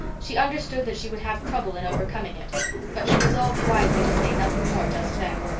she understood that she would have trouble in overcoming it but she re-solved wisely to say nothing more just then.